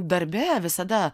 darbe visada